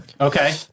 Okay